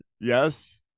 yes